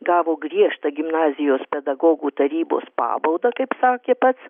gavo griežtą gimnazijos pedagogų tarybos pabaudą kaip sakė pats